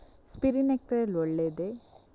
Sprinkler ಒಳ್ಳೇದೇ?